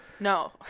no